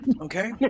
Okay